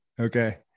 Okay